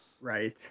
Right